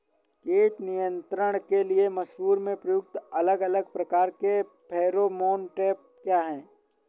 कीट नियंत्रण के लिए मसूर में प्रयुक्त अलग अलग प्रकार के फेरोमोन ट्रैप क्या है?